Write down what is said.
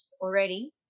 already